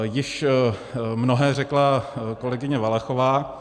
Již mnohé řekla kolegyně Valachová.